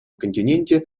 континенте